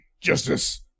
justice